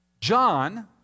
John